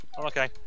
okay